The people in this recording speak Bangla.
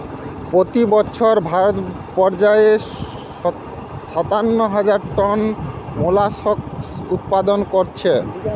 পোতি বছর ভারত পর্যায়ে সাতান্ন হাজার টন মোল্লাসকস উৎপাদন কোরছে